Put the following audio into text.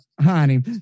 honey